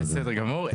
בסדר גמור.